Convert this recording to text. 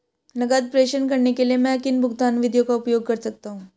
नकद प्रेषण करने के लिए मैं किन भुगतान विधियों का उपयोग कर सकता हूँ?